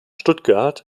stuttgart